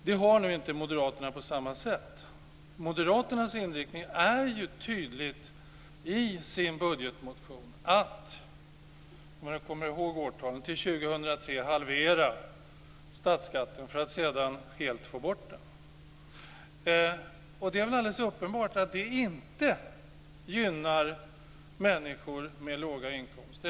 Det har inte moderaterna på samma sätt. Moderaternas inriktning i deras budgetmotion är att - om jag nu kommer ihåg årtalet - till 2003 halvera statsskatten, för att sedan helt få bort den. Det är alldeles uppenbart att detta inte gynnar människor med låga inkomster.